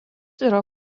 yra